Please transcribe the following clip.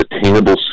attainable